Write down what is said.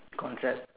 concept